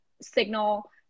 signal